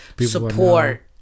support